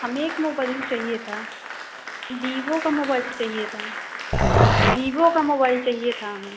हमें एक मोबइल चाहिए था वीवो का मोबइल चाहिए था वीवो का मोबइल चाहिए था हमें